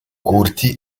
curti